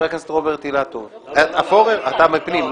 מטעם ועדת חוקה -- רגע, את מי מטעם ועדת הכנסת?